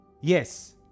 Yes